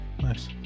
nice